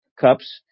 cups